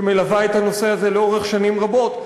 שמלווה את הנושא הזה לאורך שנים רבות,